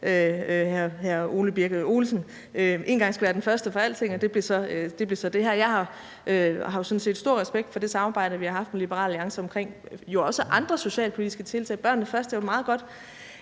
hr. Joachim B. Olsen. Én gang skal være den første for alting, og det blev det her så. Jeg har sådan set stor respekt for det samarbejde, vi har haft med Liberal Alliance, jo også omkring andre socialpolitiske tiltag. »Børnene Først« er et meget godt